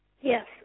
Yes